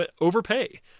overpay